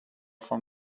from